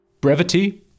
Brevity